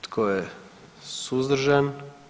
Tko je suzdržan?